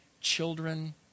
children